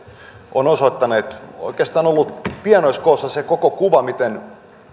ovat osoittaneet ja oikeastaan olleet pienoiskoossa se koko kuva miten